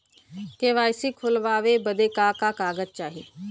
KYC खोलवावे बदे का का कागज चाही?